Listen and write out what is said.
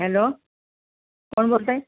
hello कोण बोलत आहे